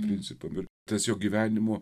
principų bet tas jo gyvenimo